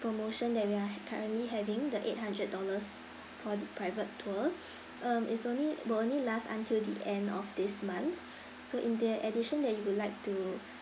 promotion that we are currently having the eight hundred dollars tour private tour um it's only will only last until the end of this month so in the addition that you would like to